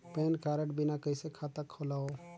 Pan card बिना कइसे खाता खोलव?